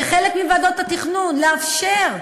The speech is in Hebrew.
כחלק מוועדות התכנון, לאפשר,